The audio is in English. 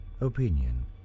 opinion